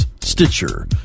Stitcher